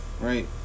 right